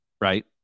right